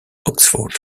oxford